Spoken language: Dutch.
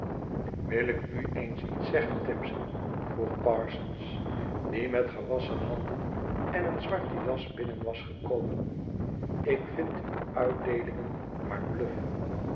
wil ik u eens iets zeggen tirnson vroeg parsons die met gewasschen handen en een zwarte jas binnen was gekomen ik vind uw uitdeelingen maar bluf